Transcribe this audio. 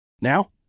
Now